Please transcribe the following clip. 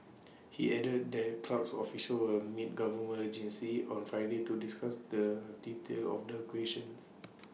he added that clubs officials will meet government agencies on Friday to discuss the details of the acquisitions